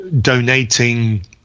donating